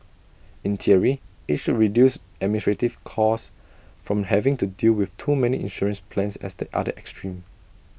in theory IT should reduce administrative costs from having to deal with too many insurance plans as the other extreme